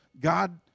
God